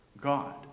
God